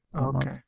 okay